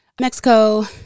Mexico